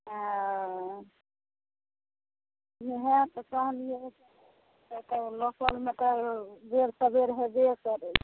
ओ वएह तऽ कहलिए लोकलमे तऽ बेर सबेर होएबे करै छै